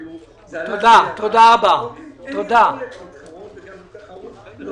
זה חשוב ולא מאפשר תחרות הוגנת.